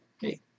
hey